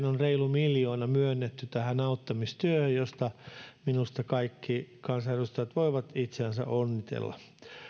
on reilu miljoona myönnetty tähän auttamistyöhön mistä minusta kaikki kansanedustajat voivat itseänsä onnitella